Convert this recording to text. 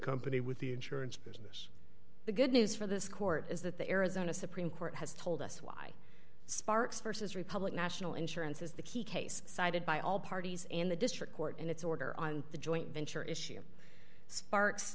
company with the insurance business the good news for this court is that the arizona supreme court has told us why sparks vs republic national insurance is the key case cited by all parties and the district court in its order on the joint venture issue sparks